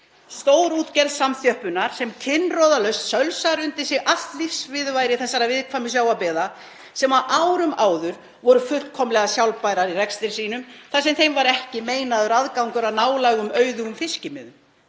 Stórútgerð samþjöppunar sem kinnroðalaust sölsar undir sig allt lífsviðurværi þessara viðkvæmu sjávarbyggða, sem á árum áður voru fullkomlega sjálfbærar í rekstri sínum þar sem þeim var ekki meinaður aðgangur að nálægum auðugum fiskimiðum.